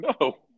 no